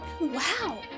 Wow